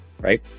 right